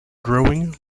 growing